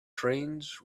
trains